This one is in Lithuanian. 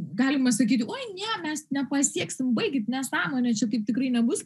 galima sakyti oi ne mes nepasieksim baikit nesąmonė čia taip tikrai nebus